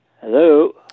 Hello